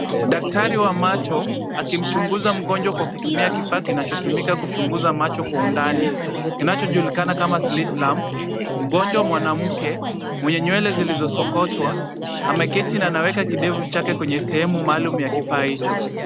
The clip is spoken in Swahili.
Daktari wa macho, akimchunguza mgonjwa kwa kutumia kifaa kinachotumika kuchunguza macho kwa undani, kinachojulikana kama slitlamp , mgonjwa mwanamke mwenye nywele zilizosokotwa ameketi na anaweka kidevu chake kwenye sehemu maalum ya kifaa hicho.